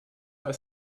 als